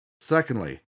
Secondly